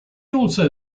also